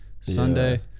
Sunday